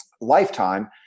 lifetime